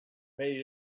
made